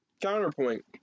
counterpoint